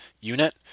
unit